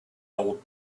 old